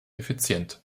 effizient